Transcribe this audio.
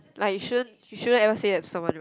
like you shouldn't you shouldn't ever say at someone right